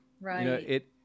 Right